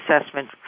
assessment